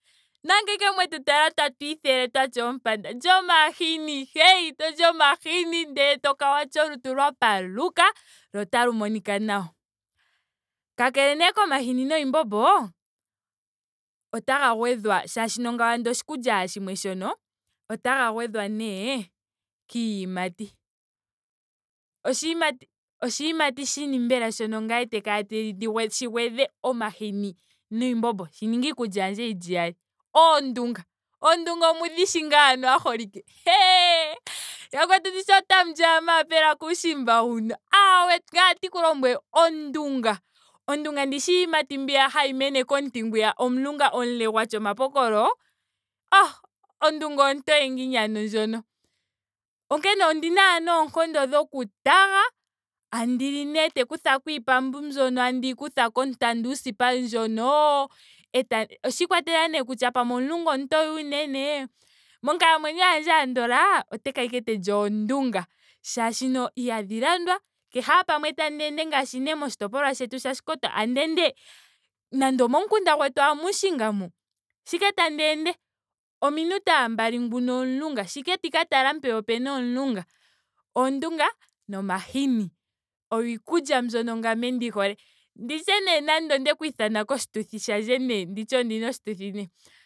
Nando ashike mwetu tala talu ithele twa tya oompanda. lya omahini. hey to li omahini eto kala watya olutu lwa paluka lwo talu monika nawa. Kakele nee komahini noshimbombo otaga gwedhwa. molwaashoka ngawo oshikulya ashike shimwe shono. otaga gwedhwa nee kiiyimati. oshiyimati oshiyimati shono mbela shono ngame ta kala te li -shi gwedhe omahini noshimbombo shi ninge iikulya yandje yili iyali. oondunga. Oondunga omu dhi shi ngaa yaholike?( ing)yakwetu ndishi otamu li ashike omayapela kuushiimba huno? Ahamwe ngame otandi ku lombwele ondunga. Ondunga ndishi iiyimati mbiya hayi mene komuti omulunga ngwiya omule gwa tya omapokolo? Oh ondunga ontoye ngiini ano ndjono. onkene ondina ashike noonkondo dhoku taga. tandi li nee te kuthako iipambu mbyono tandi yi kutha kontanda usipa ndjono etandi osha ikwatelela nee kutya pamwe omulunga omutoye unene. Monkalamwenyo yandje andola otandi kala ashike tandi li oondunga. Molwaashoka ihadhi landwa. kehe ashike pamwe tandi ende ngaashi nee moshitopolwa shetu sha oshikoto tandi ende. ando omomukunda ashike gwetu muushinga mu. sho ashike tandi ende. ominute ashike mbali. nguno omulunga. shoashike tandi ka tala mpeya opena omulunga. Oondunga nomahini. Oyo iikulya mbyono ngame ndi hole. Ndi tye naa nando ondeku ithana koshituthi shandje nee. ndi tye ondina oshituthi nee